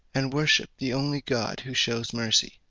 and worship the only god who shews mercy